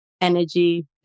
energy